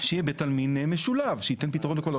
שיהיה בית עלמין משולב, שייתן פתרון לכל.